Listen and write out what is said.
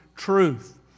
truth